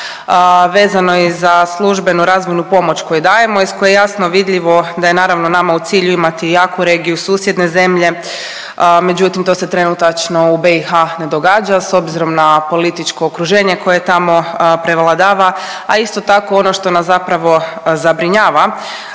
vezano je za službenu razvojnu pomoć koju dajemo iz koje je jasno vidljivo da je naravno nama u cilju imati jaku regiju susjedne zemlje, međutim to se trenutačno u BiH ne događa s obzirom na političko okruženje koje tamo prevladava. A isto tako ono što nas zapravo zabrinjava